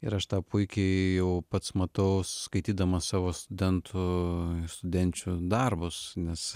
ir aš tą puikiai jau pats matau skaitydamas savo studentų studenčių darbus nes